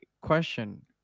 question